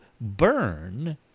burn